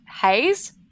Haze